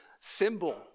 symbol